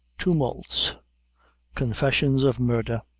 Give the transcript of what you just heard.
tumults confessions of murder.